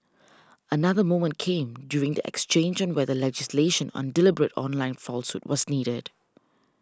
another moment came during the exchange on whether legislation on deliberate online falsehood was needed